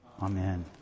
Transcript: Amen